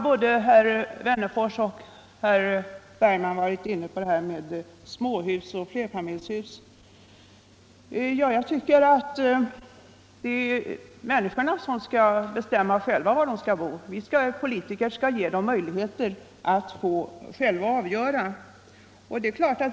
Både herr Wennerfors och herr Bergman har varit inne på frågan om småhus eller flerfamiljshus. Jag anser att det är människorna själva som skall bestämma var de skall bo. Vi politiker skall ge dem möjligheter att själva avgöra detta.